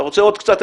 אתה רוצה עוד קצת?